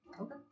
Okay